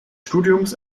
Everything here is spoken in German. studiums